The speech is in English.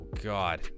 God